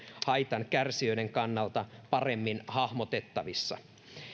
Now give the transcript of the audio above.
haitankärsijöiden kannalta paremmin hahmotettavissa